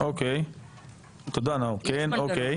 אחרי כך נציג משרד הפנים,